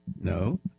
No